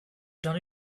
done